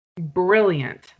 brilliant